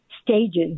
stages